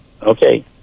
Okay